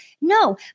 No